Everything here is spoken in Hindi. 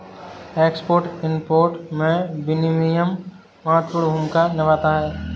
एक्सपोर्ट इंपोर्ट में विनियमन महत्वपूर्ण भूमिका निभाता है